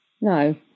no